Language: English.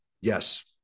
yes